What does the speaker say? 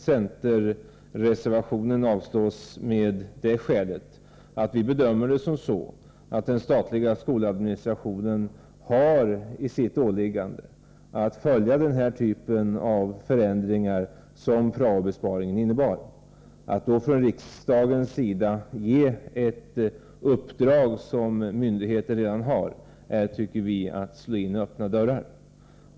Centerreservationen avstyrks av det skälet att vi bedömer det så att den statliga skoladministrationen i sitt åliggande har att följa den typ av förändringar som prao-besparingen innebar. Att riksdagen skulle ge ett uppdrag som myndigheter redan har vore att slå in öppna dörrar.